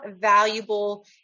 valuable